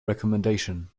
recomendation